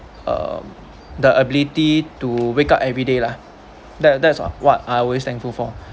um the ability to wake up everyday lah that that's what I always thankful for